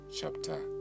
chapter